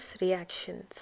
reactions